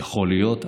יכול להיות,